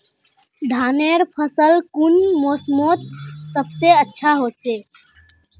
धानेर फसल कुन मोसमोत सबसे अच्छा होचे?